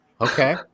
Okay